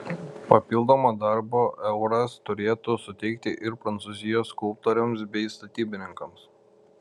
papildomo darbo euras turėtų suteikti ir prancūzijos skulptoriams bei statybininkams